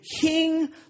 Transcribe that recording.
king